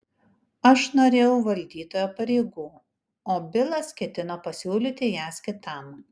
aš norėjau valdytojo pareigų o bilas ketino pasiūlyti jas kitam